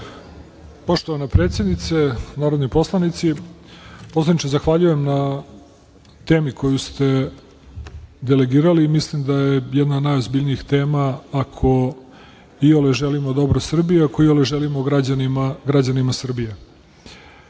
Poštovana predsednice, narodni poslanici, poslaniče, zahvaljujem na temi koju ste delegirali. Mislim da je jedna od najozbiljnijih tema, ako iole želimo dobro Srbiji, ako iole želimo građanima